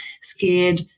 Scared